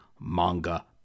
manga